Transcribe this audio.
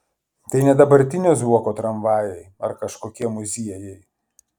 tai ne dabartinio zuoko tramvajai ar kažkokie muziejai